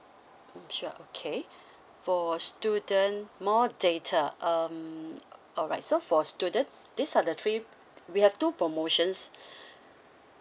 mm sure okay for student more data um alright so for student these are the three we have two promotions